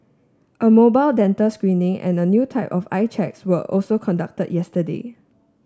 a mobile dental screening and a new type of eye checks were also conducted yesterday